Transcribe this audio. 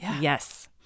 Yes